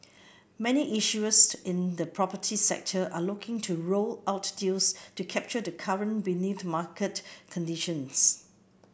many issuers in the property sector are looking to roll out deals to capture the current benign market conditions